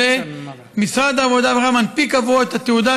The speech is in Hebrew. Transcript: משרד העבודה מנפיק עבורו את תעודת